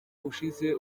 ushize